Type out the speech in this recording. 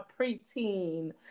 preteen